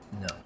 No